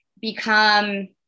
become